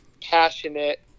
passionate